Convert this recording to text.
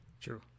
true